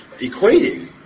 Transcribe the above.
equating